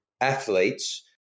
athletes